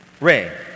Ray